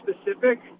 specific